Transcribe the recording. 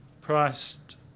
priced